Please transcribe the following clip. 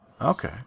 Okay